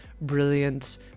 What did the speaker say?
brilliant